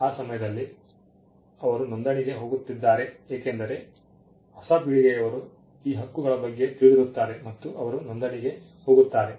ಆ ಸಮಯದಲ್ಲಿ ಅವರು ನೋಂದಣಿಗೆ ಹೋಗುತ್ತಿದ್ದಾರೆ ಏಕೆಂದರೆ ಹೊಸ ಪೀಳಿಗೆಯವರು ಈ ಹಕ್ಕುಗಳ ಬಗ್ಗೆ ತಿಳಿದಿರುತ್ತಾರೆ ಮತ್ತು ಅವರು ನೋಂದಣಿಗೆ ಹೋಗುತ್ತಾರೆ